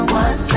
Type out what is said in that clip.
one